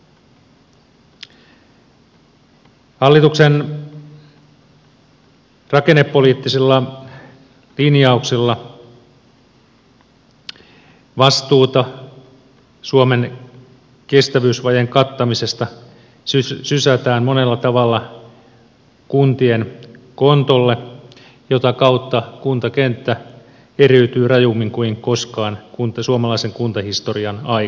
hallituksen rakennepoliittisilla linjauksilla vastuuta suomen kestävyysvajeen kattamisesta sysätään monella tavalla kuntien kontolle mitä kautta kuntakenttä eriytyy rajummin kuin koskaan suomalaisen kuntahistorian aikana